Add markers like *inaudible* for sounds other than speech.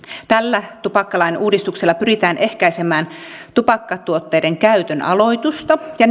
tällä tupakkalain uudistuksella pyritään ehkäisemään tupakkatuotteiden käytön aloitusta ja *unintelligible*